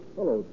Hello